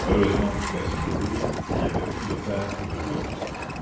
heureusement pour quasimodo il y avait plus de fer que de bois